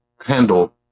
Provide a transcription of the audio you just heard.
handle